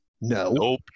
No